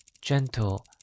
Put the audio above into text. gentle